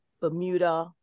Bermuda